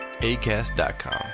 ACAST.com